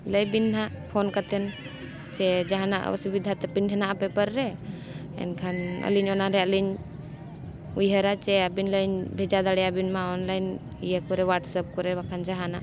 ᱞᱟᱹᱭ ᱵᱤᱱ ᱱᱟᱦᱟᱜ ᱯᱷᱳᱱ ᱠᱟᱛᱮᱫ ᱪᱮ ᱡᱟᱦᱟᱱᱟᱜ ᱚᱥᱩᱵᱤᱫᱷᱟ ᱛᱟᱵᱤᱱ ᱦᱮᱱᱟᱜᱼᱟ ᱵᱮᱯᱟᱨ ᱨᱮ ᱮᱱᱠᱷᱟᱱ ᱟᱹᱞᱤᱧ ᱚᱱᱟᱨᱮ ᱟᱹᱞᱤᱧ ᱩᱭᱦᱟᱹᱨᱟ ᱡᱮ ᱟᱹᱵᱤᱱ ᱞᱤᱧ ᱵᱷᱮᱡᱟ ᱫᱟᱲᱮᱭᱟᱜ ᱵᱤᱱ ᱢᱟ ᱚᱱᱞᱟᱭᱤᱱ ᱤᱭᱟᱹ ᱠᱚᱨᱮ ᱦᱳᱣᱟᱴᱥᱮᱯ ᱠᱚᱨᱮ ᱵᱟᱠᱷᱟᱱ ᱡᱟᱦᱟᱱᱟᱜ